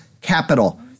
capital